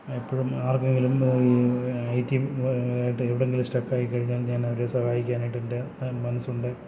എപ്പോഴും ആർക്കെങ്കിലും A T M ആയിട്ട് എവിടെയെങ്കിലും സ്റ്റക്കായിക്കഴിഞ്ഞാൽ ഞാനവരെ സഹായിക്കാനായിട്ടെൻറ്റെ മനസ്സുണ്ട്